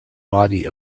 body